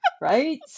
right